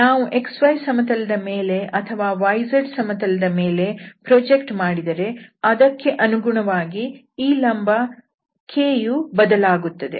ನಾವು xy ಸಮತಲದ ಮೇಲೆ ಅಥವಾ yzಸಮತಲದ ಮೇಲೆ ಪ್ರೊಜೆಕ್ಟ್ ಮಾಡಿದರೆ ಅದಕ್ಕೆ ಅನುಗುಣವಾಗಿ ಈ ಲಂಬ k ಯು ಬದಲಾಗುತ್ತದೆ